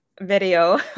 video